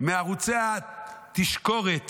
מערוצי התשקורת